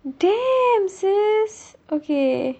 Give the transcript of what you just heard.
damn sister okay